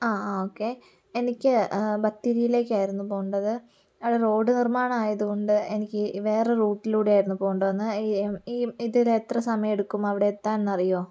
ആ ആ ഓക്കേ എനിക്ക് ബത്തേരിയിലേക്കായിരുന്നു പോകേണ്ടതാണ് അവിടെ റോഡ് നിർമാണം ആയത് കൊണ്ട് എനിക്ക് വേറെ റൂട്ടിലൂടെ ആയിരുന്നു പോവേണ്ടതെന്ന് ഈ ഇതില് എത്ര സമയമെടുക്കും അവിടെ എത്താൻ എന്നറിയോ